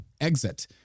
exit